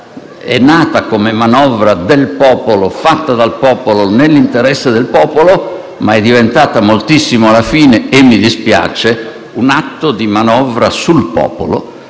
È nata come manovra del popolo, fatta dal popolo nell'interesse del popolo, ma è diventata moltissimo alla fine - e mi dispiace - un atto di manovra sul popolo